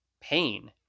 pain